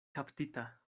kaptita